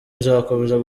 nzakomeza